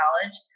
college